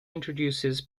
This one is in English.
introduces